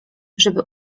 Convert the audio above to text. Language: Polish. żeby